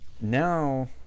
now